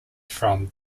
from